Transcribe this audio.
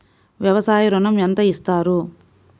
వ్యవసాయ ఋణం ఎంత ఇస్తారు?